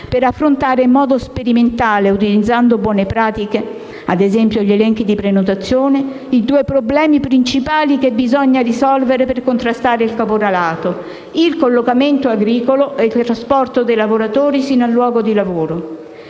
per affrontare in modo sperimentale utilizzando buone pratiche, ad esempio gli elenchi di prenotazione, i due problemi principali che bisogna risolvere per contrastare il caporalato: il collocamento agricolo e il trasporto dei lavoratori sino al luogo di lavoro.